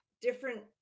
different